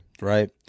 Right